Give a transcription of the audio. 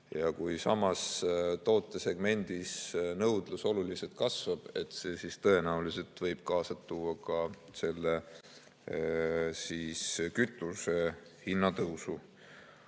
ja kui samas tootesegmendis nõudlus oluliselt kasvab, siis tõenäoliselt võib see kaasa tuua ka selle kütuse hinna tõusu.